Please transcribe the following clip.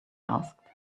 asked